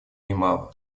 немало